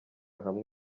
hamwe